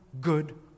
good